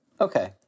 Okay